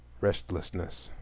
restlessness